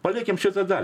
palikim šitą dalį